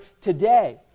today